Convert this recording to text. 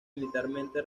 militarmente